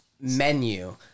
menu